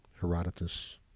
Herodotus